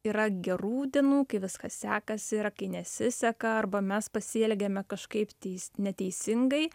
yra gerų dienų kai viskas sekasi yra kai nesiseka arba mes pasielgiame kažkaip tais neteisingai